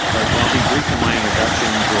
ah well i'll be brief in my introduction.